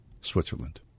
Switzerland